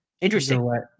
Interesting